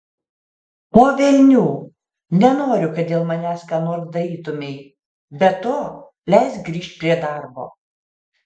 po velnių nenoriu kad dėl manęs ką nors darytumei be to leisk grįžt prie darbo